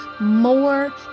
more